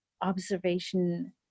observation